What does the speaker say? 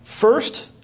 First